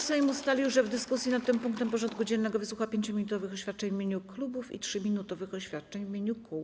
Sejm ustalił, że w dyskusji nad tym punktem porządku dziennego wysłucha 5-minutowych oświadczeń w imieniu klubów i 3-minutowych oświadczeń w imieniu kół.